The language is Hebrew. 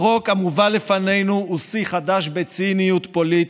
החוק המובא לפנינו הוא שיא חדש בציניות פוליטית.